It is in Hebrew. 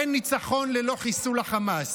אין ניצחון ללא חיסול החמאס.